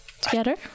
together